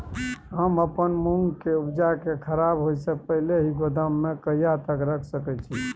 हम अपन मूंग के उपजा के खराब होय से पहिले ही गोदाम में कहिया तक रख सके छी?